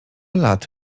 lat